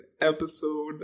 episode